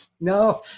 No